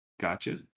Gotcha